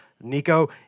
Nico